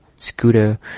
Scooter